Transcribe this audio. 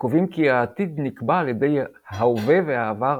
הקובעים כי העתיד נקבע על ידי ההווה והעבר,